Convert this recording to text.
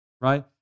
right